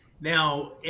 Now